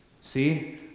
See